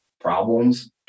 problems